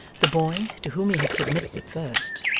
the boy, to whom he had submitted at first,